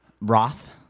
Roth